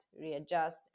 readjust